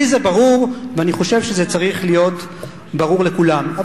לי זה ברור ואני חושב שזה צריך להיות ברור לכולם.